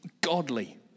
godly